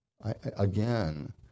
Again